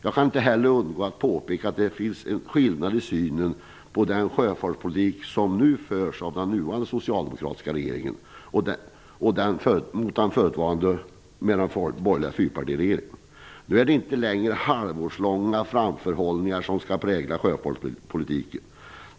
Jag kan inte heller undgå att påpeka att det finns en skillnad i synen på sjöfartspolitiken mellan den nuvarande socialdemokratiska regeringen och den förutvarande borgerliga fyrpartiregeringen. Nu är det inte längre halvårslånga framförhållningar som skall prägla sjöfartspolitiken.